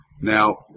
Now